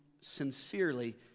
sincerely